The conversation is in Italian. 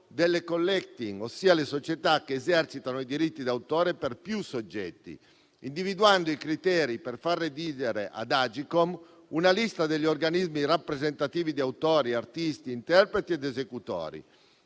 delle *collecting*, ossia le società che esercitano i diritti d'autore per più soggetti, individuando i criteri per far redigere ad Agcom una lista degli organismi rappresentativi di autori, artisti, interpreti ed esecutori.